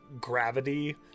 gravity